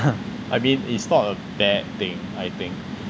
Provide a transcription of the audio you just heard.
I mean it's not a bad thing I think